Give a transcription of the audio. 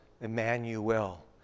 Emmanuel